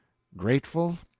grateful?